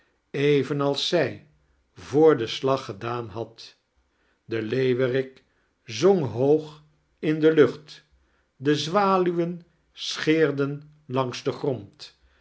evenals zij voor den slag gedaan had de leeuwerik zong hoog in de lucht de zwaluwen scheerden langs den grond